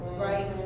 right